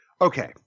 okay